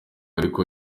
ariko